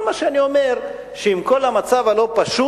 כל מה שאני אומר, שעם כל המצב הלא-פשוט,